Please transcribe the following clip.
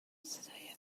صدای